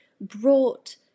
brought